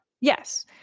Yes